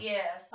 Yes